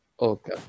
okay